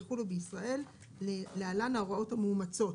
יחולו בישראל (להלן ההוראות המאומצות).